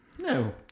No